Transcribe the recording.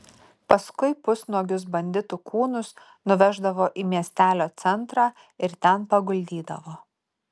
paskui pusnuogius banditų kūnus nuveždavo į miestelio centrą ir ten paguldydavo